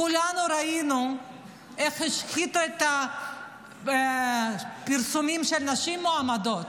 כולנו ראינו איך השחיתו פרסומים של נשים מועמדות.